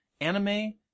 Anime